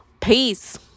Peace